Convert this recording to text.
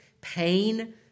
pain